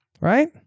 right